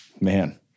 Man